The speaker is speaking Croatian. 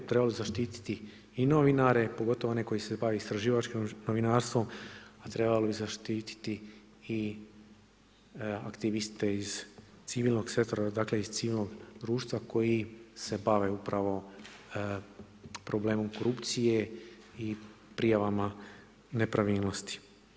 Trebamo zaštititi i novinare pogotovo one koji se bave istraživačkim novinarstvom a trebali bi zaštiti i aktiviste iz civilnog sektora, dakle iz civilnog društva koji se bave upravo problemom korupcije i prijavama nepravilnosti.